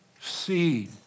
see